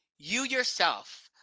you yourself,